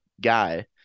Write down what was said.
guy